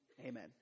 amen